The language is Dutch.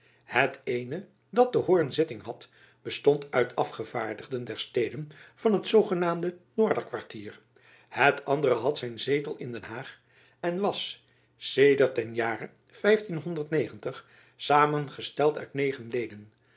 het eene dat te hoorn zitting had bestond uit afgevaardigden der steden van het zoogenaamde noorderkwartier het andere had zijn zetel in den haag en was sedert den jare samengesteld uit